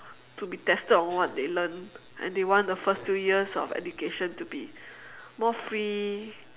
to be tested on what they learn and they want the first few years of education to be more free